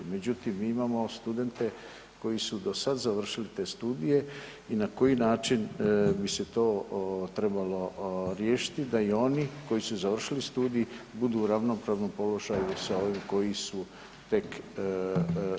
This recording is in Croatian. Međutim mi imamo studente koji su do sada završili te studije i na koji način bi se to trebalo riješiti da i oni koji su završili studij budu u ravnopravnom položaju sa ovim koji su tek studiraju.